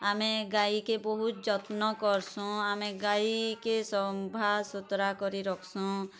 ଆମେ ଗାଈ କେ ବହୁତ ଯତ୍ନ କର୍ସୁଁ ଆମେ ଗାଈ କେ ସଫା ସୁତୁରା କରି ରଖ୍ସୁଁ